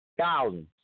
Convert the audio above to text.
Thousands